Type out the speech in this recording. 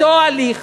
שאותו הליך